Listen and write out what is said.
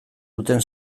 duten